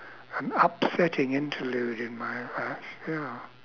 an upsetting interlude in my uh ya